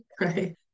right